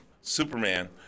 Superman